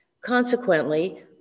Consequently